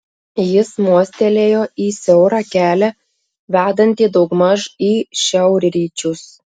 jis mostelėjo į siaurą kelią vedantį daugmaž į šiaurryčius